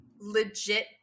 Legit